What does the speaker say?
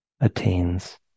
attains